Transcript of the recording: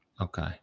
Okay